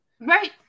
Right